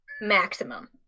maximum